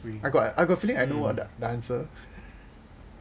I got a feeling I know what the answer and it's a